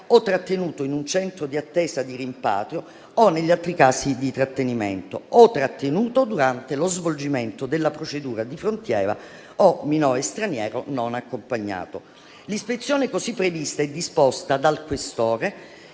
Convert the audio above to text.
o trattenuto in un centro di attesa di rimpatrio (o negli altri casi di trattenimento), o trattenuto durante lo svolgimento della procedura in frontiera, o minore straniero non accompagnato. L'ispezione così prevista è disposta dal questore